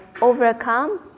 overcome